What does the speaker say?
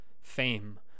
fame